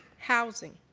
housing,